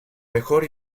mejor